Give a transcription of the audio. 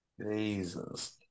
Jesus